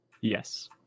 Yes